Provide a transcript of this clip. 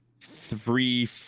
three